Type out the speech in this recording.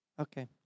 Okay